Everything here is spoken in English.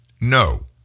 No